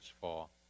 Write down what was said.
fall